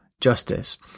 justice